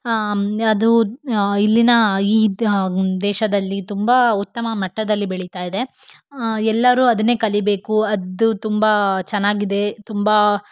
ಅದು ಇಲ್ಲಿನ ಈ ದೇಶದಲ್ಲಿ ತುಂಬ ಉತ್ತಮ ಮಟ್ಟದಲ್ಲಿ ಬೆಳೀತಾ ಇದೆ ಎಲ್ಲರೂ ಅದನ್ನೇ ಕಲಿಬೇಕು ಅದು ತುಂಬ ಚೆನ್ನಾಗಿದೆ ತುಂಬ